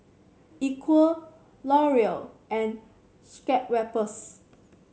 Equal Laurier and Schweppes